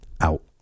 out